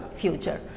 future